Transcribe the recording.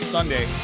Sunday